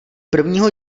prvního